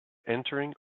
entering